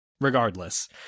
regardless